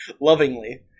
Lovingly